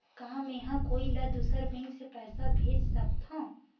का मेंहा कोई ला दूसर बैंक से पैसा भेज सकथव?